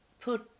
put